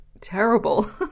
terrible